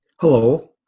Hello